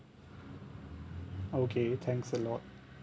okay thanks a lot